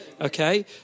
okay